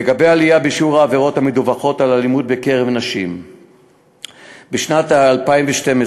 לגבי עלייה בשיעור העבירות המדווחות על אלימות בקרב נשים בשנת 2012,